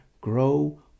Grow